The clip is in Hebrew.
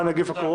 התש"ף-2020